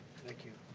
thank you.